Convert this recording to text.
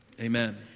Amen